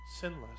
sinless